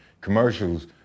commercials